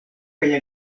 kaj